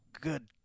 good